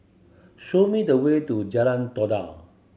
show me the way to Jalan Todak